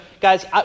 guys